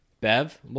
Bev